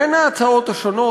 בין ההצעות השונות,